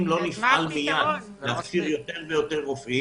אם לא נפעל להכשיר יותר רופאים,